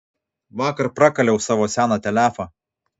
vakar prakaliau savo seną telefą